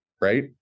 right